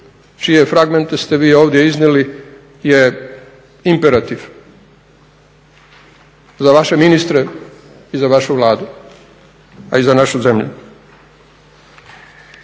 čije fragmente ste vi ovdje iznijeli je imperativ za vaše ministre i za vašu Vladu a i za našu zemlju.